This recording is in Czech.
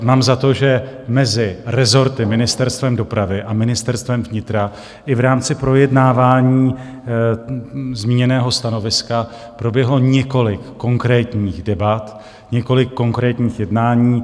Mám za to, že mezi rezorty Ministerstvem dopravy a Ministerstvem vnitra i v rámci projednávání zmíněného stanoviska proběhlo několik konkrétních debat, několik konkrétních jednání.